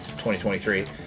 2023